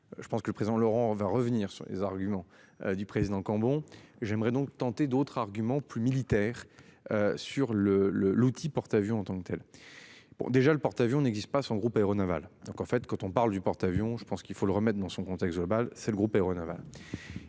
Je pense que le président Laurent va revenir sur les arguments du président Cambon j'aimerais donc tenter d'autres arguments plus militaire. Sur le le l'outil porte-avions en tant que telle. Bon déjà le porte-avions n'existe pas son groupe aéronaval. Donc en fait quand on parle du porte-, avions, je pense qu'il faut le remettre dans son contexte global, c'est le groupe aéronaval.